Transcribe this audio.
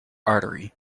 artery